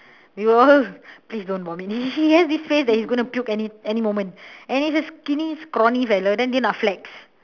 you all please don't vomit he has this face that his gonna puke any moment and he is skinny scrawny fellow then cannot flex